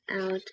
out